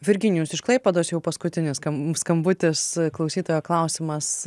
virginijus iš klaipėdos jau paskutinis skam skambutis klausytojo klausimas